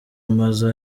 amazu